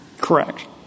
Correct